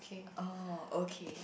orh okay